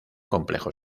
complejo